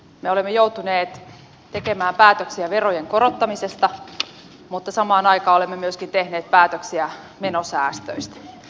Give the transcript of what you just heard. me olemme joutuneet tekemään päätöksiä verojen korottamisesta mutta samaan aikaan olemme myöskin tehneet päätöksiä menosäästöistä